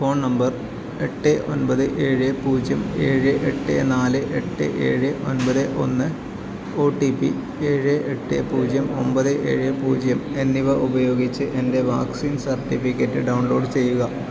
phone number എട്ട് ഒൻപത് ഏഴ് പൂജ്യം ഏഴ് എട്ട് നാല് എട്ട് ഏഴ് ഒൻപത് ഒന്ന് ഒ ടി പി ഏഴ് എട്ട് പൂജ്യം ഒമ്പത് ഏഴ് പൂജ്യം എന്നിവ ഉപയോഗിച്ച് എൻ്റെ വാക്സിൻ സർട്ടിഫിക്കറ്റ് ഡൗൺലോഡ് ചെയ്യുക